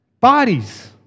Bodies